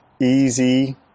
easy